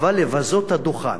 אבל לבזות את הדוכן,